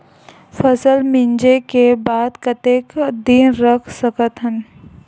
फसल मिंजे के बाद कतेक दिन रख सकथन?